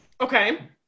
okay